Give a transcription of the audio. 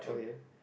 okay